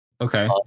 Okay